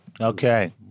Okay